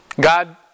God